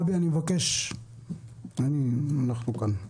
גבי, תודה.